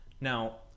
Now